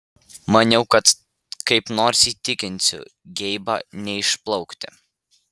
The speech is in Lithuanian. maniau kad kaip nors įtikinsiu geibą neišplaukti